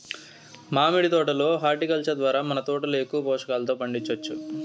మామిడి తోట లో హార్టికల్చర్ ద్వారా మన తోటలో ఎక్కువ పోషకాలతో పండించొచ్చు